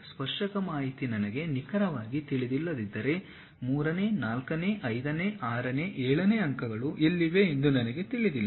ಸ್ಪರ್ಶಕ ಮಾಹಿತಿ ನನಗೆ ನಿಖರವಾಗಿ ತಿಳಿದಿಲ್ಲದಿದ್ದರೆ ಮೂರನೇ ನಾಲ್ಕನೇ ಐದನೇ ಆರನೇ ಏಳನೇ ಅಂಕಗಳು ಎಲ್ಲಿವೆ ಎಂದು ನನಗೆ ತಿಳಿದಿಲ್ಲ